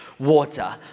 water